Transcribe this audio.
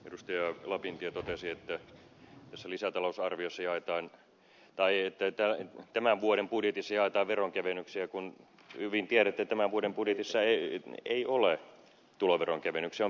edustajat rajamäki ja lapintie totesivat että tämän vuoden budjetissa jaetaan veronkevennyksiä kun hyvin tiedätte että tämän vuoden budjetissa ei ole tuloveronkevennyksiä